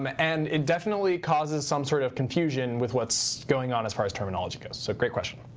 um and it definitely causes some sort of confusion with what's going on as far as terminology goes. so great question.